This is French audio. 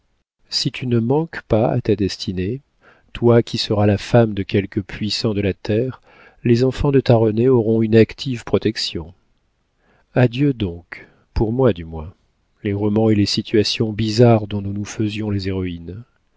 si tu ne manques pas à ta destinée toi qui seras la femme de quelque puissant de la terre les enfants de ta renée auront une active protection adieu donc pour moi du moins les romans et les situations bizarres dont nous nous faisions les héroïnes